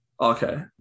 okay